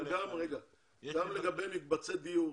גם לגבי מקבצי דיור